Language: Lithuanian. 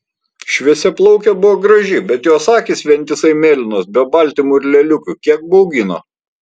šviesiaplaukė buvo graži bet jos akys vientisai mėlynos be baltymų ir lėliukių kiek baugino